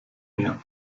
mir